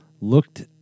looked